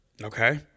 Okay